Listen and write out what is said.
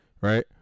right